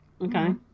okay